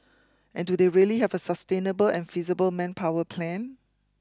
and do they really have a sustainable and feasible manpower plan